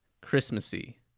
Christmassy